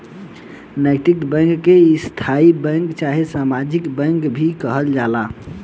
नैतिक बैंक के स्थायी बैंक चाहे सामाजिक बैंक भी कहल जाला